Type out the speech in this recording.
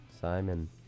Simon